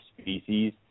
species